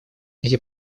эти